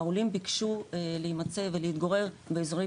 העולים ביקשו להימצא ולהתגורר באזורי